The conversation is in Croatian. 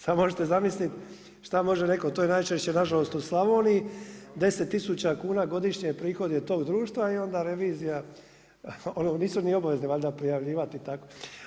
Sada možete zamisliti što može netko, to je najčešće na žalost u Slavoniji 10 tisuća kuna godišnje prihod je toga društva i onda revizija, nisu niti obavezni valjda prijavljivati i tako.